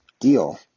deal